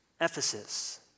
Ephesus